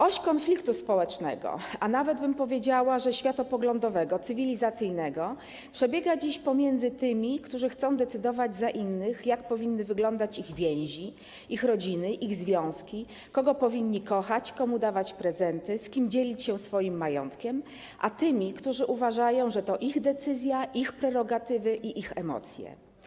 Oś konfliktu społecznego, a nawet bym powiedziała, że światopoglądowego, cywilizacyjnego przebiega dziś pomiędzy tymi, którzy chcą decydować za innych, jak powinny wyglądać ich więzi, ich rodziny, ich związki, kogo powinni kochać, komu dawać prezenty, z kim dzielić się swoim majątkiem, a tymi, którzy uważają, że to ich decyzja, ich prerogatywy i ich emocje.